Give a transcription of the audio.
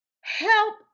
help